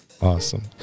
Awesome